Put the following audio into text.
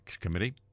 Committee